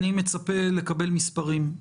אני מצפה לקבל מספרים.